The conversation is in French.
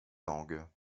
langues